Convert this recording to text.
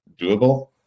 doable